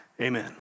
Amen